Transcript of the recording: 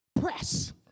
Press